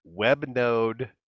Webnode